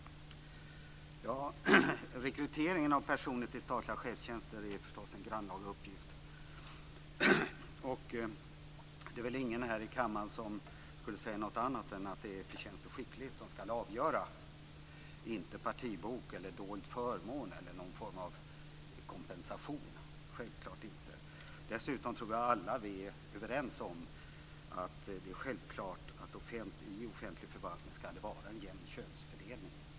Fru talman! Rekryteringen av personer till statliga chefstjänster är förstås en grannlaga uppgift. Det är väl ingen här i kammaren som skulle säga någonting annat än att det är förtjänst och skicklighet som ska avgöra, inte partibok, dold förmån eller någon form av kompensation - självfallet inte. Dessutom tror jag att alla är överens om att det är självklart att i offentlig förvaltning ska det vara en jämn könsfördelning.